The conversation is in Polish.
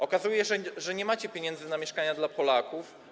Okazuje się, że nie macie pieniędzy na mieszkania dla Polaków.